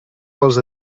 pels